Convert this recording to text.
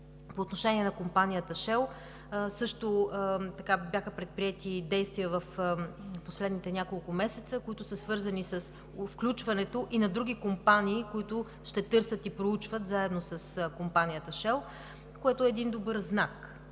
По отношение на компанията Shell също бяха предприети действия в последните няколко месеца, които са свързани с включването и на други компании, които ще търсят и проучват заедно с компанията Shell, което според мен е един добър знак.